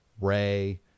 Ray